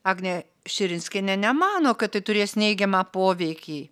agnė širinskienė nemano kad tai turės neigiamą poveikį